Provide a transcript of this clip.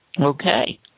Okay